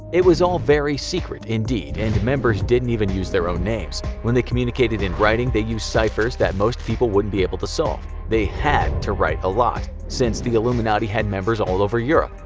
it was all very secret indeed, and members didn't even use their own names. when they communicated in writing, they used ciphers that most people wouldn't be able to solve. they had to write a lot, since the illuminati had members all over europe.